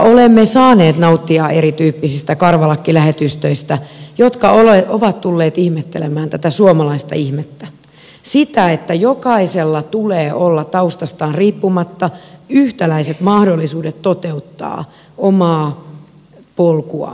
olemme saaneet nauttia erityyppisistä karvalakkilähetystöistä jotka ovat tulleet ihmettelemään tätä suomalaista ihmettä sitä että jokaisella tulee olla taustastaan riippumatta yhtäläiset mahdollisuudet toteuttaa omaa polkuaan